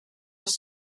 les